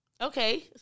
Okay